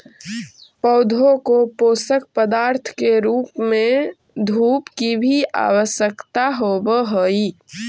पौधों को पोषक पदार्थ के रूप में धूप की भी आवश्यकता होवअ हई